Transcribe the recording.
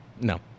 No